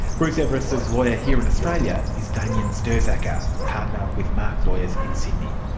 bruce everiss's lawyer here in australia is damian sturzaker, partner with marque lawyers in sydney.